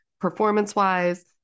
performance-wise